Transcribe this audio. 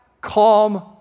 calm